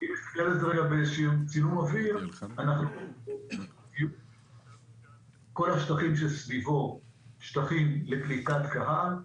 יכולים לראות בצילום אוויר שכל השטחים שסביבו הם שטחים לקליטת קהל.